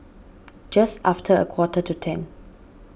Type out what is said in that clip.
just after a quarter to ten